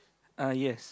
uh yes